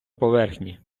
поверхні